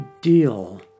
deal